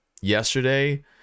Yesterday